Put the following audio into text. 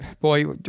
boy